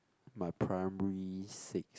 my primary six